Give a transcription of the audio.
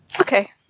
Okay